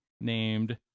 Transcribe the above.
named